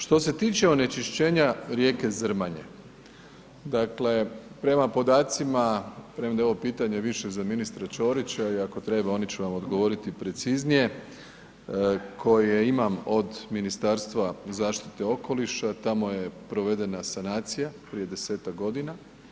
Što se tiče onečišćenja rijeke Zrmanje, dakle prema podacima, premda je ovo više pitanje za ministra Ćorića i ako treba oni će vam odgovoriti preciznije, koje imam od Ministarstva zaštite okoliša tamo je provedena sanacija prije desetak godina.